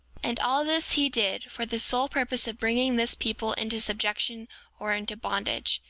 and all this he did, for the sole purpose of bringing this people into subjection or into bondage.